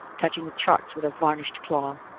touching the charts with a varnished claw.